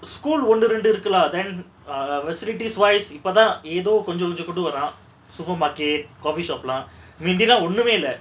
school ஒன்னு ரெண்டு இருக்கலா:onnu rendu irukala then ah facilities wise இப்பதா எதோ கொஞ்சோ கொஞ்சோ கொண்டு வாரா:ippatha etho konjo konjo kondu vaara supermarket coffeeshop lah முந்திலா ஒன்னுமே இல்ல:munthila onnume illa